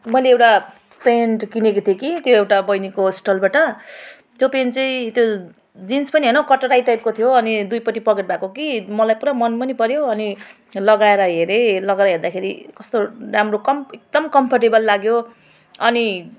मैले एउटा प्यान्ट किनेको थिएँ कि त्यो एउटा बहिनीको स्टलबाट त्यो प्यान्ट चाहिँं जिन्स पनि होइन कटराई टाइपको थियो अनि दुइपट्टि पकेट भएको कि मलाई पुरा मन पनि पऱ्यो अनि लगाएर हेरेँ लगाएर हेर्दाखेरि कस्तो राम्रो कम एकदम कम्फर्टेबल लाग्यो अनि